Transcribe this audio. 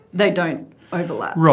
they don't overlap.